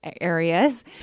areas